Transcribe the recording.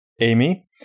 Amy